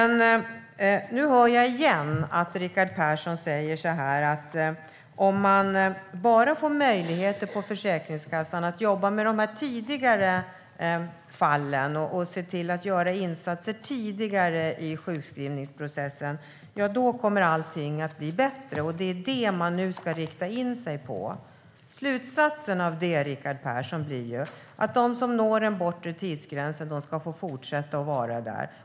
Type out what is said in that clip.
Nu hör jag igen att Rickard Persson säger att om man bara får möjligheter på Försäkringskassan att jobba med de tidigare fallen och se till att göra insatser tidigare i sjukskrivningsprocessen kommer allting att bli bättre. Det är det man nu ska rikta in sig på. Slutsatsen av det, Rickard Persson, blir att de som når den bortre tidsgränsen ska fortsätta att vara där.